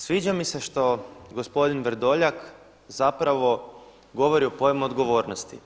Sviđa mi se što gospodin Vrdoljak zapravo govori o pojmu odgovornosti.